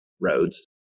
roads